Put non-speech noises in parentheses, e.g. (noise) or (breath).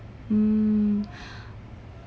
mm (breath)